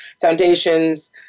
foundations